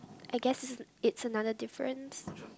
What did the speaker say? I guess is another difference